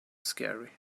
scary